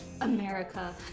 America